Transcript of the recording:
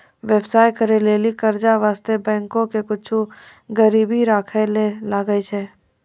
व्यवसाय करै लेली कर्जा बासतें बैंको के कुछु गरीबी राखै ले लागै छै